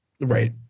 Right